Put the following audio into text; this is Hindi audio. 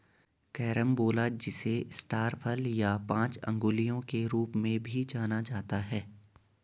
कैरम्बोला जिसे स्टार फल या पांच अंगुलियों के रूप में भी जाना जाता है